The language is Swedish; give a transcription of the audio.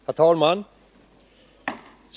Herr talman!